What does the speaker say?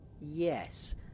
Yes